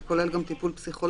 זה כולל גם טיפול פסיכולוגי,